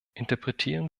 interpretieren